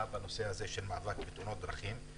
בנושא הזה של מאבק בתאונות דרכים.